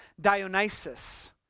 Dionysus